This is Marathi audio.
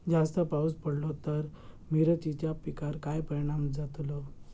जास्त पाऊस पडलो तर मिरचीच्या पिकार काय परणाम जतालो?